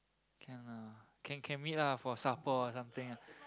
can lah can can meet lah for supper or something